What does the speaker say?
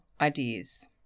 ideas